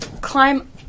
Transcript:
climb